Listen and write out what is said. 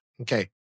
Okay